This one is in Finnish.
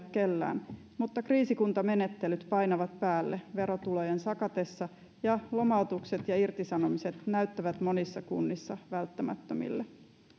kellään mutta kriisikuntamenettelyt painavat päälle verotulojen sakatessa ja lomautukset ja irtisanomiset näyttävät monissa kunnissa välttämättömille